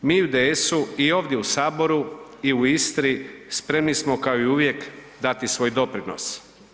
Mi u IDS-u i ovdje u saboru i u Istri spremni smo kao i uvijek dati svoj doprinos.